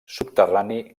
subterrani